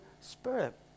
Spirit